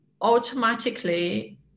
automatically